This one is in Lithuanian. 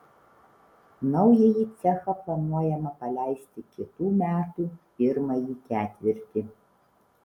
naująjį cechą planuojama paleisti kitų metų pirmąjį ketvirtį